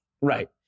right